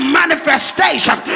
manifestation